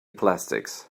plastics